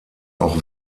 auch